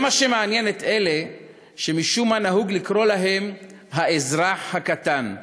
זה מה שמעניין את אלה שמשום מה נהוג לקרוא להם "האזרח הקטן",